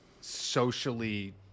socially